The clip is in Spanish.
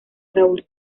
raúl